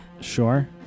Sure